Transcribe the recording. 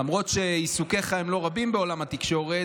למרות שעיסוקיך הם לא רבים בעולם התקשורת,